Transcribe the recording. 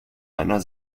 einer